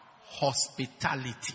hospitality